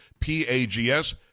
PAGS